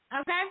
Okay